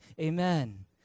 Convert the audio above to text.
amen